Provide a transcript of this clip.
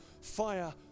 Fire